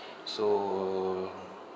so